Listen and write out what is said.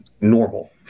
normal